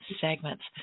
segments